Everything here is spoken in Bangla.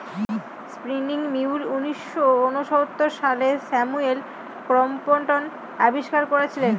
স্পিনিং মিউল উনিশশো ঊনসত্তর সালে স্যামুয়েল ক্রম্পটন আবিষ্কার করেছিলেন